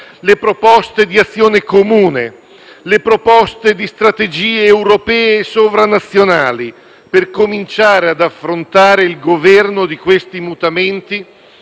le proposte di azione comune, le proposte di strategie europee sovranazionali, per cominciare ad affrontare il governo di questi mutamenti